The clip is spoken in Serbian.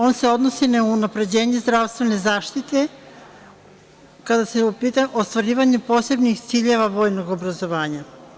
On se odnosi na unapređenje zdravstvene zaštite kada je u pitanju ostvarivanje posebnih ciljeva vojnog obrazovanja.